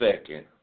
second